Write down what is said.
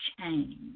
Change